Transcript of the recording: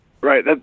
Right